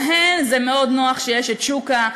להן זה מאוד נוח שיש את שוקה.